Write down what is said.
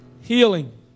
Healing